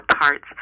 parts